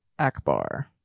Akbar